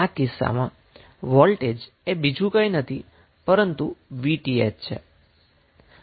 આ કિસ્સામાં વોલ્ટેજએ બીજું કંઈ નથી પરંતુ Vth છે